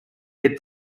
hit